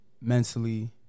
mentally